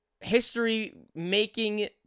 history-making